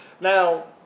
Now